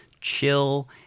chill